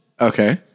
Okay